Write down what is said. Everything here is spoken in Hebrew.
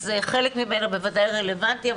אז חלק ממנה בוודאי רלוונטי,